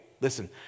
listen